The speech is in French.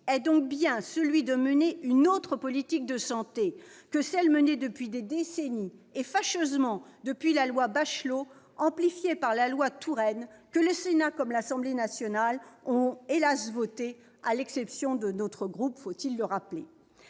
conséquent bien celui de mener une autre politique de santé que celle qui est conduite depuis des décennies et, fâcheusement, depuis la loi Bachelot amplifiée par la loi Touraine que le Sénat comme l'Assemblée nationale ont, hélas, votée à l'exception de mon groupe, faut-il le rappeler